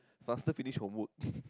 faster finish homework